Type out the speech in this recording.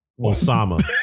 Osama